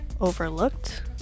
overlooked